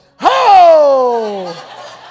ho